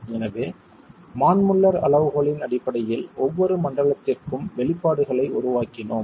எனவே மான் முல்லர் அளவுகோலின் அடிப்படையில் ஒவ்வொரு மண்டலத்திற்கும் வெளிப்பாடுகளை உருவாக்கினோம்